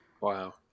wow